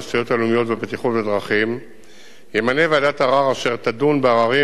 התשתיות הלאומיות והבטיחות בדרכים ימנה ועדת ערר אשר תדון בעררים